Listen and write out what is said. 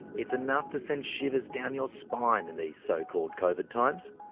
it's enough to send shivers down your spine in these so-called covid times.